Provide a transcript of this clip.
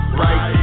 right